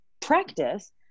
practice